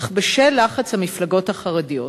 אך בשל לחץ המפלגות החרדיות,